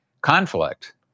conflict